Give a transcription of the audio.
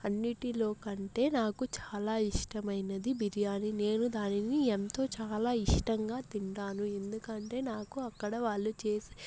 అన్నిటిలోకంటే నాకు చాలా ఇష్టమైనది బిర్యాని నేను దానిని ఎంతో చాలా ఇష్టంగా తింటాను ఎందుకంటే నాకు అక్కడ వాళ్ళు చేసే